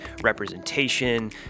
representation